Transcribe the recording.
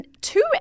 two